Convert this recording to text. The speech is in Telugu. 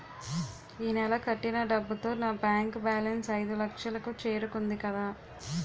ఈ నెల కట్టిన డబ్బుతో నా బ్యాంకు బేలన్స్ ఐదులక్షలు కు చేరుకుంది కదా